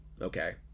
Okay